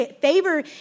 favor